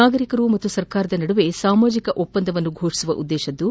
ನಾಗರಿಕರು ಹಾಗೂ ಸರ್ಕಾರದ ನಡುವೆ ಸಾಮಾಜಿಕ ಒಪ್ಪಂದವನ್ನು ಘೋಷಿಸುವ ಉದ್ದೇಶದಾಗಿದ್ದು